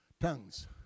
tongues